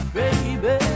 baby